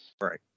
Right